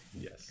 Yes